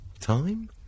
Time